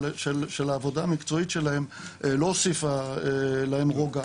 העבודה המקצועית שלהם לא הוסיפה להם רוגע,